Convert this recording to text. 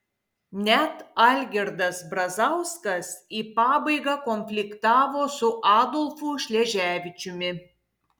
net algirdas brazauskas į pabaigą konfliktavo su adolfu šleževičiumi